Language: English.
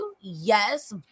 Yes